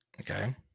Okay